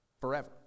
Forever